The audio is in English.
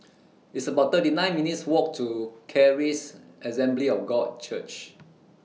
It's about thirty nine minutes' Walk to Charis Assembly of God Church